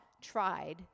tried